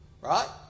right